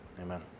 amen